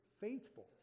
faithful